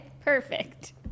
perfect